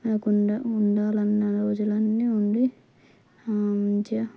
రాకుండా ఉండాలన్న రోజులన్నీ ఉండి చిగా